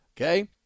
Okay